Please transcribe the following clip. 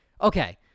Okay